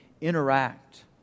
interact